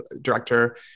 director